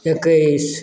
इक्कीस